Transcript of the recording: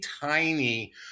tiny